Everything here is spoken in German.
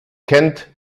kennt